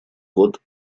год